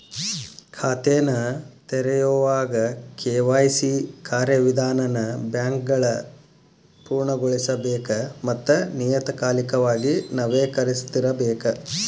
ಖಾತೆನ ತೆರೆಯೋವಾಗ ಕೆ.ವಾಯ್.ಸಿ ಕಾರ್ಯವಿಧಾನನ ಬ್ಯಾಂಕ್ಗಳ ಪೂರ್ಣಗೊಳಿಸಬೇಕ ಮತ್ತ ನಿಯತಕಾಲಿಕವಾಗಿ ನವೇಕರಿಸ್ತಿರಬೇಕ